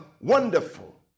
wonderful